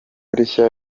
rishya